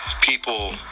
people